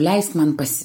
leisk man pas